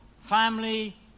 family